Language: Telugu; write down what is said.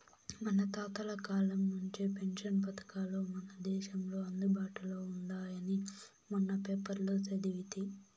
మన తాతల కాలం నుంచే పెన్షన్ పథకాలు మన దేశంలో అందుబాటులో ఉండాయని మొన్న పేపర్లో సదివితి